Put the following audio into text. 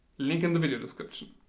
link in the video description!